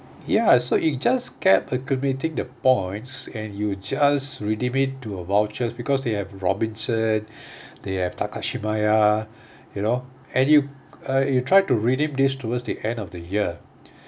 ya so it just kept accumulating the points and you just redeem it to a vouchers because they have robinson they have takashimaya you know and you uh you try to redeem this towards the end of the year